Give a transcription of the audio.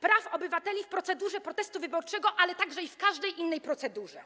praw obywateli w procedurze protestu wyborczego, a także w każdej innej procedurze.